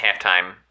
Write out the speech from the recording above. halftime